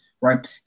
right